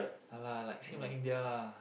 ya lah like same like India lah